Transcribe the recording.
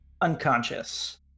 unconscious